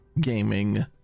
gaming